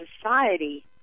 society